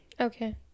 Okay